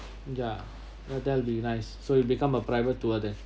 ya oh that will be nice so it become a private tour then